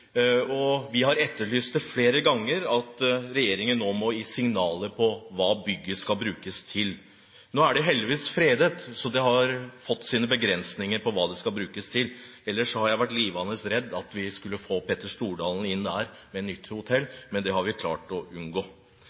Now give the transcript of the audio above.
og vi har etterlyst flere ganger at regjeringen nå må gi signaler om hva bygget skal brukes til. Nå er det heldigvis fredet, så det har fått sine begrensninger på hva det skal brukes til. Ellers hadde jeg vært livredd for at vi skulle få Petter Stordalen inn der med et nytt hotell, men det har vi klart å unngå.